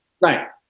Right